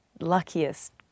luckiest